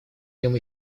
нем